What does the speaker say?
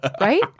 right